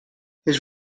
his